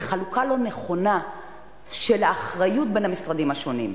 חלוקה לא נכונה של האחריות בין המשרדים השונים,